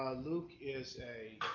ah luke is a